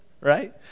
Right